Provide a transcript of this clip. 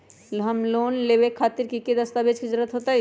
Home loan लेबे खातिर की की दस्तावेज के जरूरत होतई?